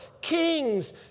kings